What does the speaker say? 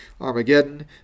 Armageddon